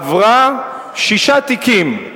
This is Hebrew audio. עברה שישה תיקים,